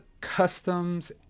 customs